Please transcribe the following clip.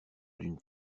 d’une